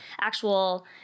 actual